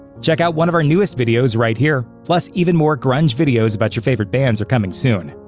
check out one of our newest videos right here! plus, even more grunge videos about your favorite bands are coming soon.